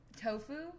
tofu